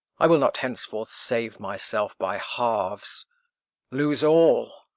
i will not henceforth save myself by halves lose all,